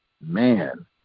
man